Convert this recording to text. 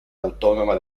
autónoma